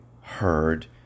heard